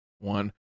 one